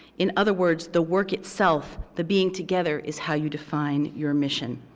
in other words, the work itself, the being together, is how you define your mission.